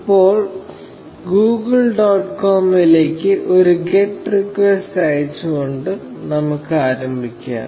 ഇപ്പോൾ Google dot കോമിലേക്ക് ഒരു ഗെറ്റ് റിക്വസ്റ്റ് അയച്ചുകൊണ്ട് നമുക്ക് ആരംഭിക്കാം